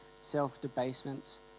self-debasements